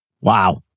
Wow